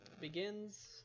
begins